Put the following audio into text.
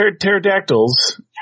pterodactyls